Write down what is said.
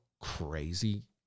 crazy